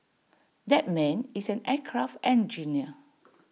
that man is an aircraft engineer